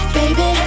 baby